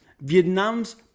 Vietnam's